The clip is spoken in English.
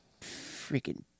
Freaking